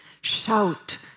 Shout